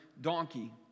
donkey